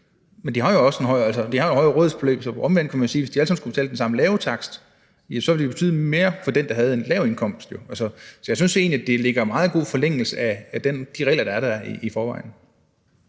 Men de har jo også et højere rådighedsbeløb. Så omvendt kan man sige, at hvis de alle sammen skulle betale den samme lave takst, ville det betyde mere for den, der har en lav indkomst. Så jeg synes egentlig, det ligger i meget god forlængelse af de regler, der er der i forvejen.